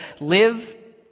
live